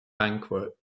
banquet